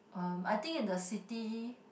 um I think in the city